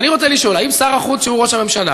ואני רוצה לשאול, האם שר החוץ, שהוא ראש הממשלה,